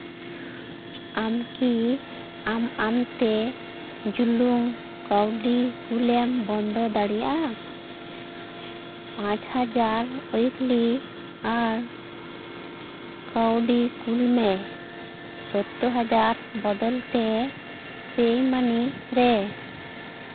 ᱟᱢ ᱠᱤ ᱟᱢ ᱟᱢᱛᱮ ᱡᱩᱞᱩᱝ ᱠᱟᱹᱣᱰᱤ ᱠᱳᱞᱮᱢ ᱵᱚᱱᱫᱚ ᱫᱟᱲᱮᱭᱟᱜᱼᱟ ᱯᱟᱸᱪ ᱦᱟᱡᱟᱨ ᱩᱭᱤᱠᱞᱤ ᱟᱨ ᱠᱟᱹᱣᱰᱤ ᱠᱳᱞ ᱢᱮ ᱥᱳᱛᱛᱳᱨ ᱦᱟᱡᱟᱨ ᱵᱚᱫᱚᱞᱛᱮ ᱯᱮᱭᱢᱟᱱᱤ ᱨᱮ